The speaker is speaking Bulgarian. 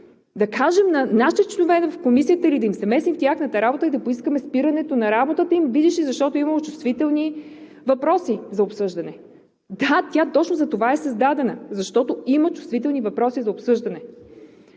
да кажем на нашите членове в Комисията или да им се месим в тяхната работа и да поискаме спирането на работата им, видиш ли, защото имало чувствителни въпроси за обсъждане. Да, тя точно затова е създадена, защото има чувствителни въпроси за обсъждане.